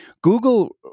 Google